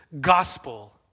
gospel